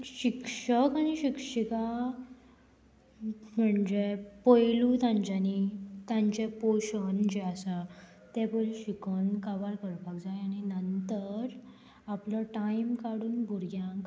शिक्षक आनी शिक्षिका म्हणजे पयलू तांच्यांनी तांचें पोर्शण जें आसा तें पय शिकोन काबार करपाक जाय आनी नंतर आपलो टायम काडून भुरग्यांक